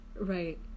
Right